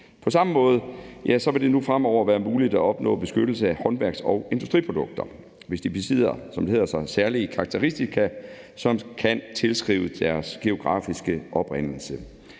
På samme måde vil det nu fremover være muligt at opnå beskyttelse af håndværks- og industriprodukter, hvis de besidder, som det hedder, særlige karakteristika, som kan tilskrives deres geografiske oprindelse.